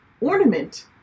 ornament